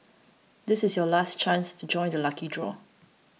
this is your last chance to join the lucky draw